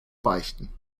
beichten